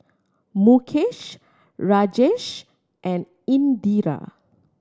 Mukesh Rajesh and Indira